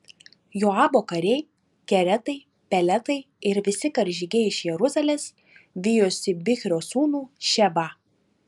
joabo kariai keretai peletai ir visi karžygiai iš jeruzalės vijosi bichrio sūnų šebą